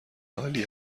عالی